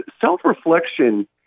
self-reflection